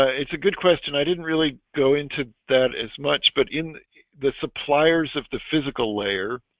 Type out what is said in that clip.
ah it's a good question i didn't really go into that as much, but in the suppliers of the physical layer